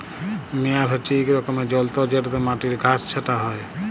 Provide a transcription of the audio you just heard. মেয়ার হছে ইক রকমের যল্তর যেটতে মাটির ঘাঁস ছাঁটা হ্যয়